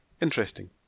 Interesting